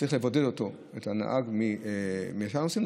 צריך לבודד את הנהג משאר הנוסעים,